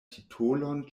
titolon